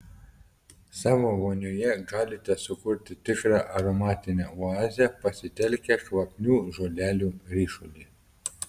savo vonioje galite sukurti tikrą aromatinę oazę pasitelkę kvapnių žolelių ryšulį